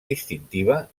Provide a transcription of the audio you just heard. distintiva